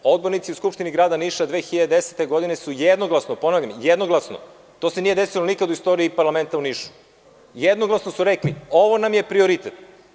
Odbornici uSkupštini grada Niša 2010. godine su jednoglasno, ponavljam jednoglasno, to se nije desilo nikada u istoriji parlamenta u Nišu, rekli – ovo nam je prioritet.